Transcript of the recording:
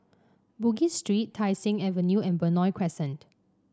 Bugis Street Tai Seng Avenue and Benoi Crescent